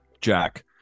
jack